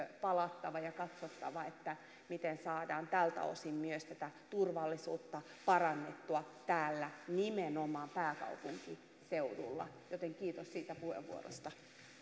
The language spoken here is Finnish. palattava ja katsottava tätä miten saadaan tältä osin myös tätä turvallisuutta parannettua nimenomaan täällä pääkaupunkiseudulla joten kiitos siitä puheenvuorosta